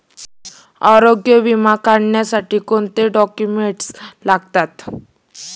आरोग्य विमा काढण्यासाठी कोणते डॉक्युमेंट्स लागतात?